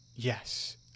Yes